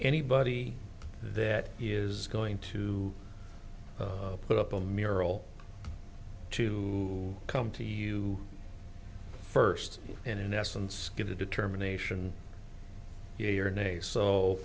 anybody that is going to put up a miracle to come to you first and in essence give the determination